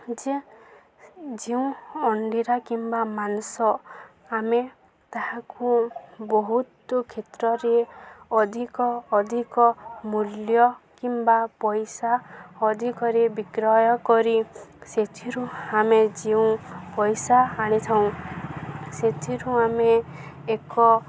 ଯେ ଯେଉଁ ଅଣ୍ଡିରା କିମ୍ବା ମାଂସ ଆମେ ତାହାକୁ ବହୁତ କ୍ଷେତ୍ରରେ ଅଧିକ ଅଧିକ ମୂଲ୍ୟ କିମ୍ବା ପଇସା ଅଧିକରେ ବିକ୍ରୟ କରି ସେଥିରୁ ଆମେ ଯେଉଁ ପଇସା ଆଣିଥାଉଁ ସେଥିରୁ ଆମେ ଏକ